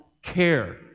care